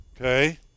Okay